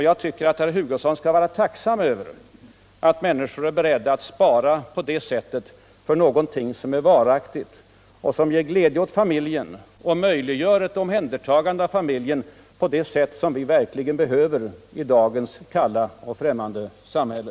Jag tycker att herr Flugosson skall vara tacksam över att människor är beredda att spara på det sättet för någonting som är varaktigt och som ger glädje åt familjen och möjliggör ett omhändertagande av familjen på eu sätt som vi verkligen behöver i dagens — som många anser kalla och främmande samhälle.